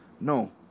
No